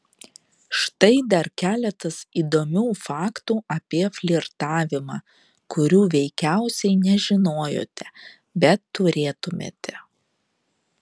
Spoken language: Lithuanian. štai dar keletas įdomių faktų apie flirtavimą kurių veikiausiai nežinojote bet turėtumėte